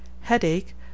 Headache